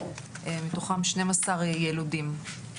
מתוכם 12 יילודים.